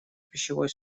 пищевой